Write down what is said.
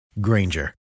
Granger